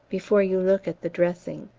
before you look at the dressing.